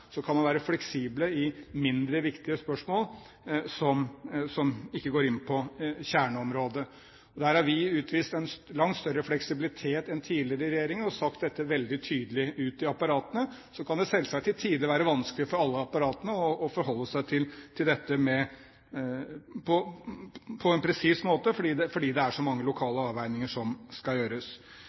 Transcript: Så kan man være fleksible i mindre viktige spørsmål som ikke går inn på kjerneområdet. Der har vi utvist en langt større fleksibilitet enn tidligere regjeringer og sagt dette veldig tydelig ut i apparatene. Så kan det selvsagt til tider være vanskelig for alle apparatene å forholde seg til dette på en presis måte, fordi det er så mange lokale avveininger som skal gjøres.